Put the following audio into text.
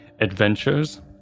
adventures